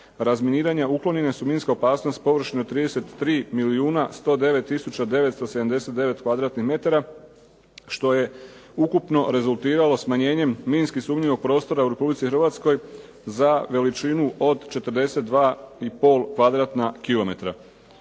razminiranja, uklonjene su minske opasnosti površine od 33 milijuna 109 tisuća 979 km2, što je ukupno rezultiralo smanjenjem minski sumnjivog prostora u Republici Hrvatskoj za veličinu od 42,5 km2.